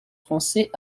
français